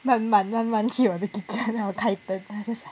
慢慢慢慢去我的 kitchen then 我开灯 then I was just like